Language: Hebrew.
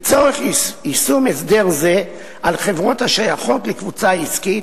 לצורך יישום הסדר זה על חברות השייכות לקבוצה עסקית,